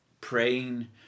Praying